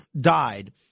died